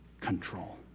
control